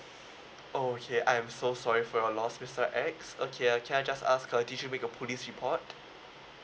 oh okay I'm so sorry for your loss mister X okay uh can I just ask uh did you make a police report